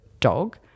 dog